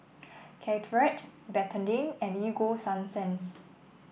Caltrate Betadine and Ego Sunsense